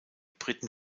briten